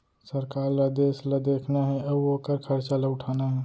सरकार ल देस ल देखना हे अउ ओकर खरचा ल उठाना हे